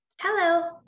Hello